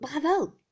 Bravo